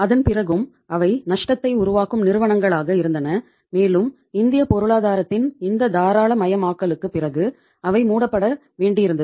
அதன்பிறகும் அவை நஷ்டத்தை உருவாக்கும் நிறுவனங்களாக இருந்தன மேலும் இந்திய பொருளாதாரத்தின் இந்த தாராளமயமாக்கலுக்குப் பிறகு அவை மூடப்பட வேண்டியிருந்தது